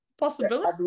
Possibility